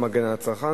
נתקבלה.